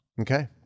Okay